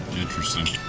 interesting